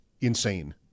insane